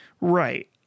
Right